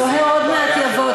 זוהיר עוד מעט יבוא.